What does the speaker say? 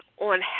on